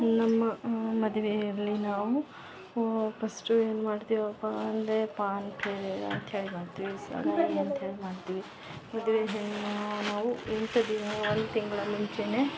ನಮ್ಮ ಮದುವೆಯಲ್ಲಿ ನಾವು ವಾ ಪಸ್ಟು ಏನ್ಮಾಡ್ತೀವಪ್ಪ ಅಂದರೆ ಪಾನ್ ಅಂಥೇಳಿ ಮಾಡ್ತೀವಿ ಸಗಾಯಿ ಅಂಥೇಳಿ ಮಾಡ್ತೀವಿ ಮದುವೆ ಹೆಣ್ಣು ನಾವು ಇಂಥ ದಿನ ಒಂದು ತಿಂಗ್ಳ ಮುಂಚೆಯೆ